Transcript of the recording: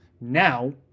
now